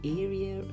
area